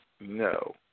No